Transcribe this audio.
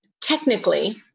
technically